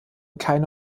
keine